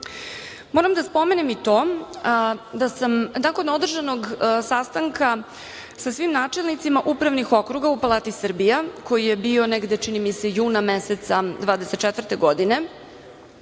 vreme. Moram da spomenem i to, nakon održanog sastanka sa svim načelnicima upravnik okruga u Palati Srbija, koji je bio negde, čini mi se, juna meseca 2024. godine,